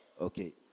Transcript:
Okay